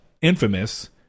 Infamous